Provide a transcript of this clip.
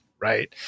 right